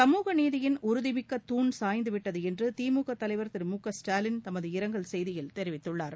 சமுகநீதியின் உறுதிமிக்க தாண் சாய்ந்து விட்டது என்று திமுக தலைவர் திரு முக ஸ்டாலின் தமது இரங்கல் செய்தியில் தெரிவித்துள்ளார்